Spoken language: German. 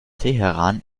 teheran